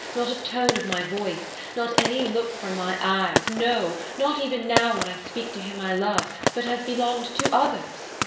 not a tone of my voice, not any look from my eyes, no, not even now when i speak to him i love, but has belonged to others?